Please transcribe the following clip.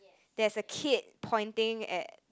there's a kid pointing at